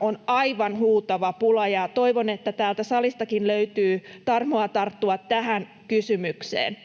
on aivan huutava pula. Toivon, että täältä salistakin löytyy tarmoa tarttua tähän kysymykseen.